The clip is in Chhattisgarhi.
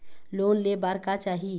लोन ले बार का चाही?